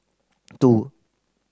two